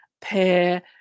pair